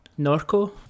Norco